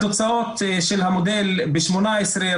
התוצאות של המודל ב-2018,